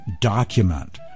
document